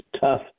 tough